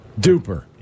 Duper